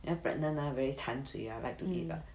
then pregnant ah very 馋嘴 ah like to eat [what]